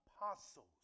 apostles